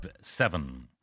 Seven